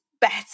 better